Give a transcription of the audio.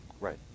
Right